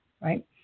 right